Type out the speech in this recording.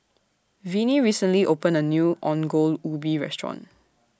Vinie recently opened A New Ongol Ubi Restaurant